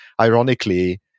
ironically